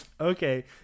Okay